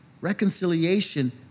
reconciliation